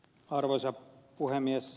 arvoisa puhemies